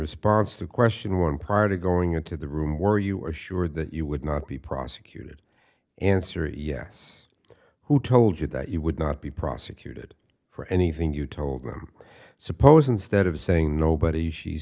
response to question one prior to going into the room where you are sure that you would not be prosecuted answer yes who told you that you would not be prosecuted for anything you told them suppose instead of saying nobody she